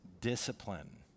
discipline